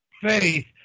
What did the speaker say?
faith